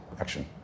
action